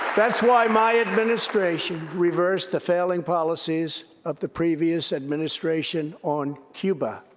that's why my administration reversed the failing policies of the previous administration on cuba.